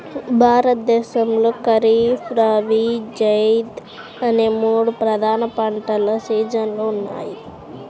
భారతదేశంలో ఖరీఫ్, రబీ, జైద్ అనే మూడు ప్రధాన పంటల సీజన్లు ఉన్నాయి